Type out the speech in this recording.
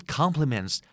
compliments